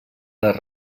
les